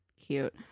cute